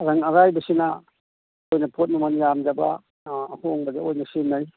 ꯔꯪ ꯑꯔꯥꯏꯕꯁꯤꯅ ꯑꯩꯈꯣꯏꯅ ꯄꯣꯠ ꯃꯃꯟ ꯌꯥꯝꯗꯕ ꯑꯍꯣꯡꯕꯗ ꯑꯣꯏꯅ ꯁꯤꯖꯟꯅꯩ